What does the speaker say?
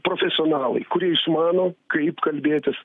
profesionalai kurie išmano kaip kalbėtis